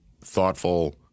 thoughtful